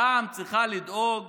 רע"מ צריכה לדאוג